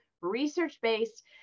research-based